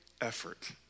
effort